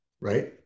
Right